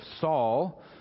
Saul